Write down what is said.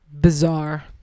Bizarre